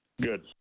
Good